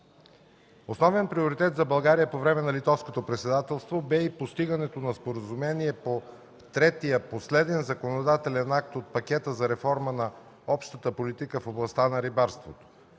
Основен приоритет за България по време на Литовското председателство беше и постигането на споразумение по третия – последен законодателен акт от пакета, за реформа на общата политика в областта на рибарството.